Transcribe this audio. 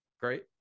Great